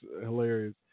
hilarious